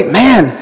man